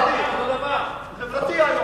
אותו דבר, ביקור פרטי.